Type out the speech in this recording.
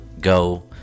go